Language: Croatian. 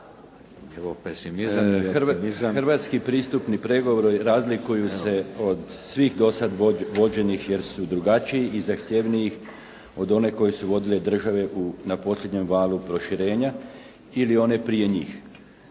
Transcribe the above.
Mario (HDZ)** Hrvatski pristupni pregovori razlikuju se od svih dosad vođenih, jer su drugačiji i zahtjevniji od one koje su vodile države na posljednjem valu proširenja ili one prije njih.